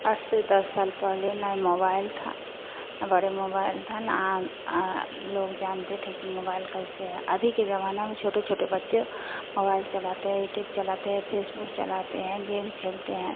अज से दस साल पहले ना मोबाइल था बड़े मोबाइल था ना लोग जानते थे मोबाइल कैसे है अभी के ज़माना छोटे छोटे बच्चे मोबाइल चलाते हैं युट्यूब चलाते फेसबुक चलाते हैं गेम खेलते हैं